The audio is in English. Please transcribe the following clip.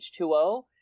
H2O